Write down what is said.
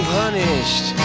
punished